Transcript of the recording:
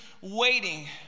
waiting